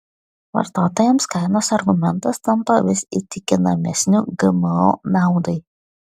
vartotojams kainos argumentas tampa vis įtikinamesniu gmo naudai